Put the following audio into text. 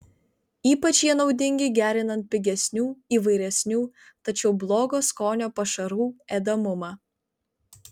ypač jie naudingi gerinant pigesnių įvairesnių tačiau blogo skonio pašarų ėdamumą